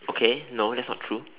okay no that's not true